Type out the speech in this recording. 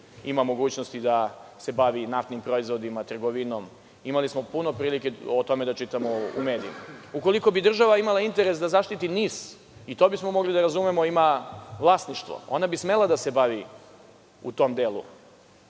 ima mogućnosti da se bavi naftnim proizvodima i trgovinom. Imali smo puno prilike o tome da čitamo u medijima. Ukoliko bi država imala interes da zaštiti NIS, i to bismo mogli da razumemo, ima vlasništvo. Ona bi smela da se bavi u tom delu,